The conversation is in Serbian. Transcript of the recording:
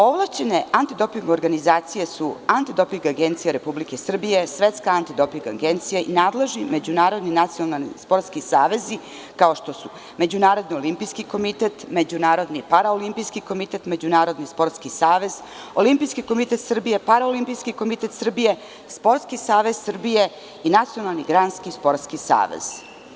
Ovlašćene antidoping organizacije su Antidoping agencija Republike Srbije, Svetska antidoping agencija, nadležni međunarodni nacionalni sportski savezi kao što su Međunarodni olimpijski komitet, Međunarodni paraolimpijski komitete, Međunarodni sportski savez, Olimpijski komitet Srbije, Paraolimpijski komitet Srbije, Sportski savez Srbije i Nacionalni granski sportski savez.